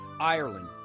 Ireland